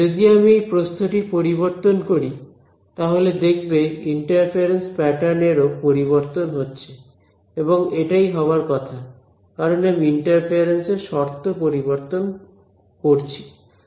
যদি আমি এই প্রস্থ টি পরিবর্তন করি তাহলে দেখবে ইন্টারফিয়ারেন্স প্যাটার্ন এর ও পরিবর্তন হচ্ছে এবং এটাই হবার কথা কারণ আমি ইন্টারফিয়ারেন্স এর শর্ত পরিবর্তন করছি